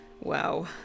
wow